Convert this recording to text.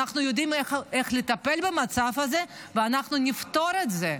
אנחנו יודעים איך לטפל במצב הזה ואנחנו נפתור את זה.